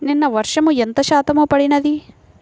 నిన్న వర్షము ఎంత శాతము పడినది?